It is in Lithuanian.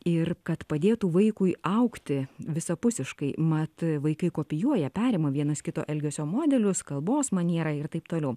ir kad padėtų vaikui augti visapusiškai mat vaikai kopijuoja perima vienas kito elgesio modelius kalbos manierą ir taip toliau